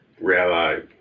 rabbi